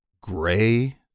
gray